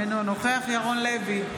אינו נוכח ירון לוי,